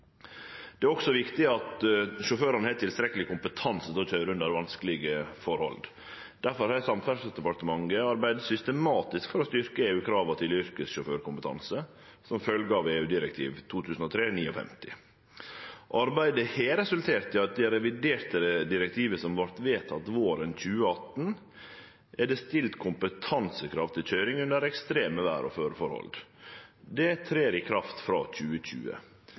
Det er også viktig at sjåførane har tilstrekkeleg kompetanse til å køyre under vanskelege forhold. Difor har Samferdselsdepartementet arbeidd systematisk for å styrkje EU-krava til yrkessjåførkompetanse som følgje av EU-direktiv 2003/59. Arbeidet har resultert i at det i det reviderte direktivet som vart vedteke våren 2018, er stilt kompetansekrav til køyring under ekstreme vêr- og føreforhold. Det trer i kraft frå 2020.